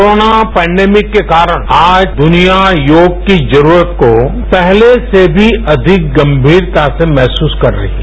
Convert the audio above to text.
corona pandemic के कारण आज दुनिया योग की जरूरत को पहले से भी अविक गंभीरता से महसूस कर रही है